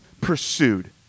pursued